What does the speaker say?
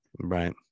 Right